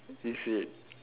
do you see it